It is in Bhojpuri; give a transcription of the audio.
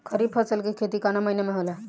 खरीफ फसल के खेती कवना महीना में होला?